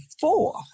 four